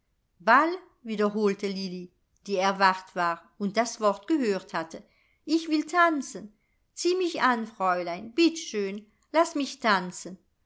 ball wiederholte lilli die erwacht war und das wort gehört hatte ich will tanzen zieh mich an fräulein bitt schön laß mich tanzen